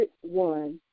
one